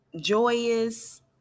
joyous